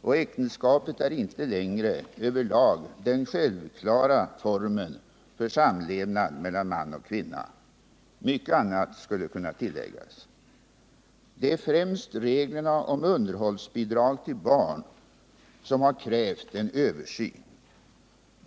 och äktenskapet är inte längre över lag den självklara formen för samlevnad mellan man och kvinna. Mycket annat skulle kunna tilläggas. Det är främst reglerna för underhållsbidrag till barn som har krävt en översyn.